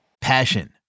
Passion